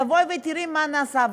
ותבואי ותראי מה נעשה,